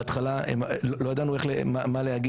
בהתחלה לא ידענו מה להגיד.